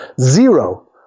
zero